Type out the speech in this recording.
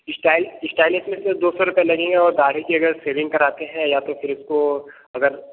style stylish में फिर दो सौ रुपये लगेंगे और दाढ़ी की अगर शेविंग कराते हैं या तो फिर उसको अगर